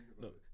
Look